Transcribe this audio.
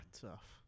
tough